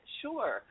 sure